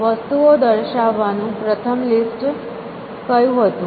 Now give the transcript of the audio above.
વસ્તુઓ દર્શાવવાનું પ્રથમ લિસ્ટ કયું હતું